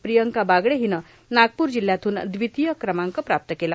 प्रियंका बागडे हिने नागपूर जिल्हयातून द्वितीय क्रमांक प्राप्त केला